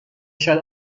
شاید